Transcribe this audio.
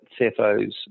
CFOs